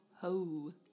ho